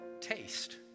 taste